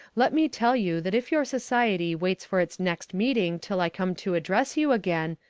let me tell you that if your society waits for its next meeting till i come to address you again,